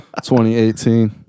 2018